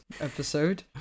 episode